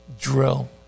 drill